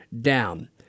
down